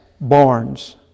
barns